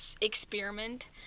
experiment